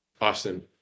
Austin